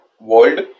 world